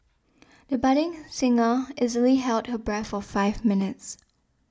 the budding singer easily held her breath for five minutes